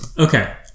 Okay